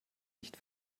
nicht